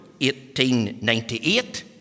1898